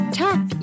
tap